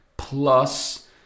plus